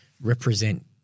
represent